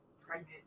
pregnant